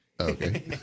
Okay